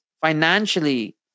financially